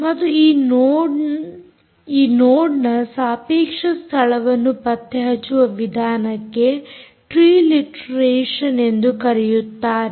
ಮತ್ತು ಈ ನೋಡ್ನ ಸಾಪೇಕ್ಷ ಸ್ಥಳವನ್ನು ಪತ್ತೆಹಚ್ಚುವ ವಿಧಾನಕ್ಕೆ ಟ್ರಿಲಾಟೆರೇಷನ್ ಎಂದು ಕರೆಯುತ್ತಾರೆ